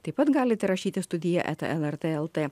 taip pat galite rašyt į studija eta lrt lt